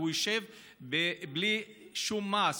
והוא ישב בלי שום מעש.